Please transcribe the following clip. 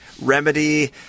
Remedy